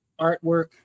artwork